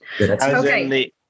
Okay